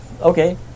Okay